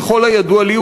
ככל הידוע לי,